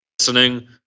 listening